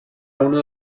uno